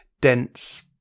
dense